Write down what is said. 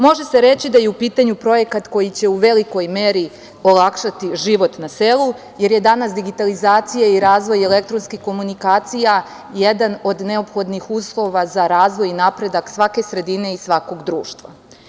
Može se reći da je u pitanju projekat koji će u velikoj meri olakšati život na selu, jer je danas digitalizacija i razvoj elektronskih komunikacija jedan od neophodnih uslova za razvoj i napredak svake sredine i svakog društva.